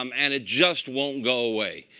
um and it just won't go away.